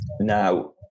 now